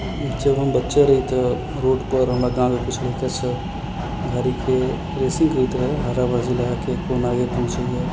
जब हम बच्चा रही तऽ रोडपर हमरा गाँवके किछु लड़िका सब गाड़ीके रेसिंग करैत रहै हारा बाजी लगाके कोन आगे पहुचै यऽ